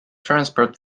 transport